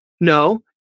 No